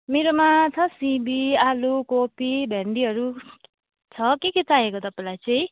मेरोमा छ सिमी आलु कोपी भेन्डीहरू छ के के चाहिएको तपाईँलाई चाहिँ